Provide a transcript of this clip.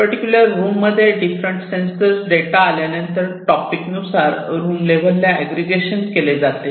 particular room मध्ये different sensor data आल्यावर topic नुसार रूम लेव्हलला एग्रीकेशन केले जाते